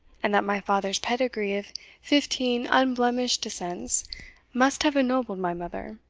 and that my father's pedigree of fifteen unblemished descents must have ennobled my mother,